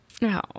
No